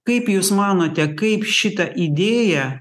kaip jūs manote kaip šitą idėją